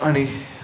आणि